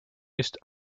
ist